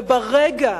וברגע